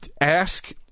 ask